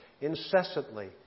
incessantly